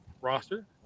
roster